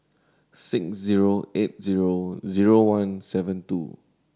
six zero eight zero zero one seven two